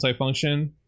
multifunction